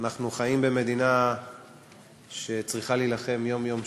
אנחנו חיים במדינה שצריכה להילחם יום-יום,